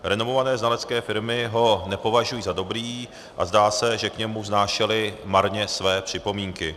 Renomované znalecké firmy ho nepovažují za dobrý a zdá se, že k němu vznášely marně své připomínky.